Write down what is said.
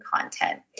content